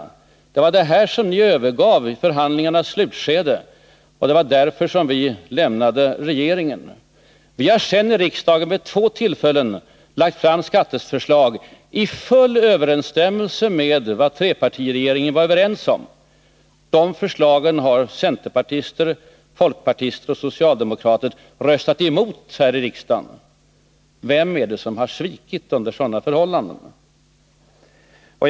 Det var detta som ni övergav i förhandlingarnas slutskede, och det var bl.a. därför som vi lämnade regeringen. Vi har sedan i riksdagen vid två tillfällen lagt fram skatteförslag i full överensstämmelse med vad trepartiregeringen var överens om. De förslagen har centerpartister, folkpartister och socialdemokrater röstat emot här i riksdagen. Vem är det som under sådana förhållanden har svikit?